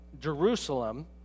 Jerusalem